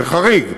זה חריג,